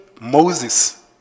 Moses